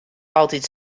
altyd